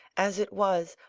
as it was,